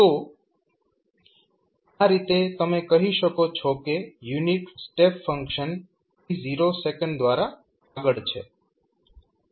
તો આ રીતે તમે કહી શકો છો કે unit step function t0 second દ્વારા આગળ છે